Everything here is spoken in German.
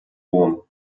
rom